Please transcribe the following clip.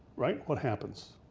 right? what happens?